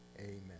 amen